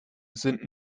sind